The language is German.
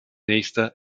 nächster